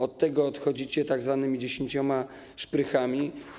Od tego odchodzicie tzw. dziesięcioma szprychami.